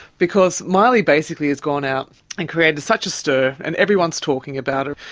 because miley basically has gone out and created such a stir and everyone's talking about her,